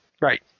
Right